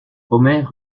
omer